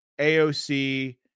AOC